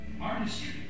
artistry